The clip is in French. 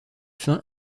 fin